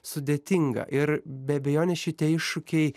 sudėtinga ir be abejonės šitie iššūkiai